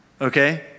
okay